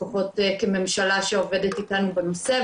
לפחות כממשלה שעובדת איתנו בנושא,